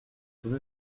rue